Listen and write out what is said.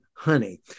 honey